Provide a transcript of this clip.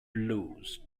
blues